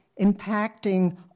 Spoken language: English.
impacting